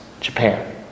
Japan